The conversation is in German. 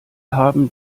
haben